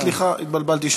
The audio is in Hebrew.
אה, סליחה, התבלבלתי.